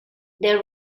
their